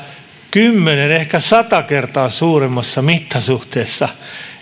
kymmenen ehkä sata kertaa suuremmassa mittasuhteessa